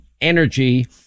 energy